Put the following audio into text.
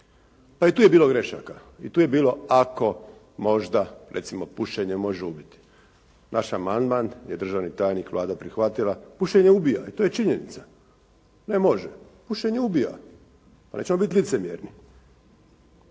Pa i tu je bilo grešaka. I tu je bilo «ako», «možda» recimo pušenje može ubiti. Naš amandman je državni tajnik, Vlada prihvatila. Pušenje ubija i to je činjenica. Ne «može», pušenje ubija. Pa nećemo biti licemjerni.